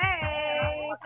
Hey